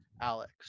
Alex